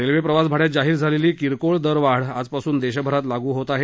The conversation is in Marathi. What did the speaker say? रेल्वे प्रवास भाड्यात जाहीर झालेली किरकोळ दरवाढ आजपासून देशभरात लागू होत आहे